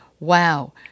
Wow